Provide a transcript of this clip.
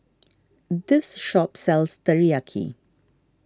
this shop sells Teriyaki